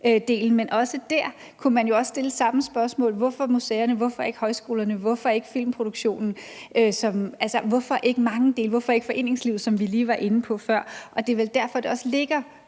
men også der kunne man jo stille samme spørgsmål. Hvorfor museerne, hvorfor ikke højskolerne, hvorfor ikke filmproduktionen, hvorfor ikke mange ting, hvorfor ikke foreningslivet, som vi lige var inde på før? Det er vel derfor, det også ligger